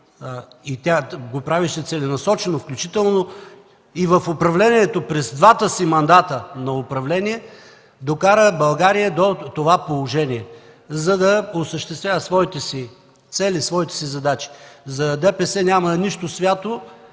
и го правеше целенасочено, включително и в управлението – през двата си мандата на управление, докара България до това положение, за да осъществява своите цели и задачи. За ДПС няма нищо свято